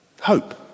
hope